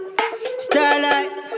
Starlight